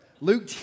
Luke